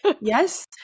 Yes